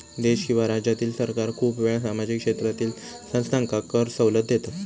देश किंवा राज्यातील सरकार खूप वेळा सामाजिक क्षेत्रातील संस्थांका कर सवलत देतत